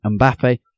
Mbappe